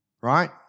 right